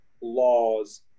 laws